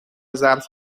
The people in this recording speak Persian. ظرف